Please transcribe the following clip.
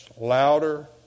louder